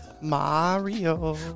Mario